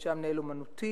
שהיה מנהל אמנותי,